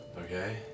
Okay